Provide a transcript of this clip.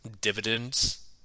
dividends